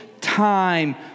time